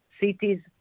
cities